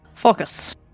focus